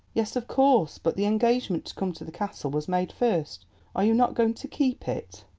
yes, of course but the engagement to come to the castle was made first are you not going to keep it?